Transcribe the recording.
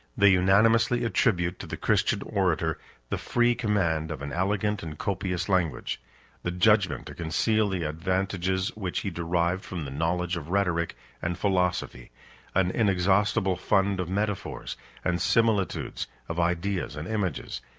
they unanimously attribute to the christian orator the free command of an elegant and copious language the judgment to conceal the advantages which he derived from the knowledge of rhetoric and philosophy an inexhaustible fund of metaphors and similitudes of ideas and images,